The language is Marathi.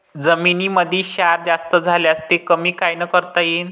जमीनीमंदी क्षार जास्त झाल्यास ते कमी कायनं करता येईन?